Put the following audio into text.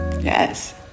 Yes